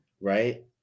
right